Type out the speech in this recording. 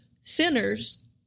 sinners